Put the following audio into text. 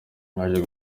baje